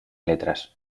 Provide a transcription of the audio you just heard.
letras